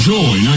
Joy